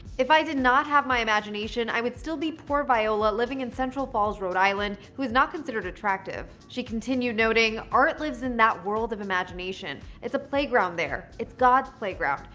if i did not have my imagination, i would still be poor viola living in central falls, rhode island, who is not considered attractive. she continued, noting, art lives in that world of imagination. it's a playground there. it's god's playground.